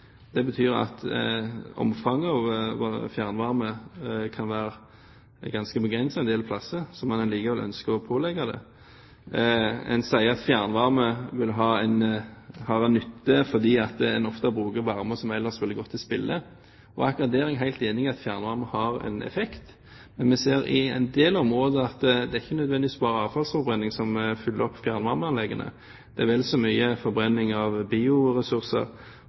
Det betyr at omfanget av fjernvarme kan være ganske begrenset en del steder hvor man allikevel ønsker å pålegge det. En sier at fjernvarme har en nytte fordi en ofte bruker varme som ellers ville gått til spille. Og akkurat der er jeg helt enig i at fjernvarme har en effekt. Men vi ser i en del områder at det er ikke nødvendigvis bare avfallsforbrenning som fyller opp fjernvarmeanleggene, det er vel så mye forbrenning av bioressurser,